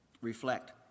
reflect